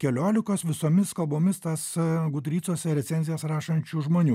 keliolikos visomis kalbomis tas gudricuose recenzijas rašančių žmonių